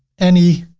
any.